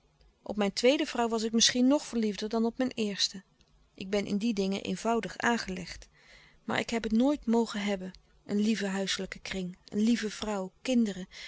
op mijn tweede vrouw was ik misschien nog verliefder dan op mijn eerste ik ben in die dingen eenvoudig aangelegd maar ik heb het nooit mogen hebben een lieven huiselijken kring een lieve vrouw kinderen